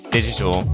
Digital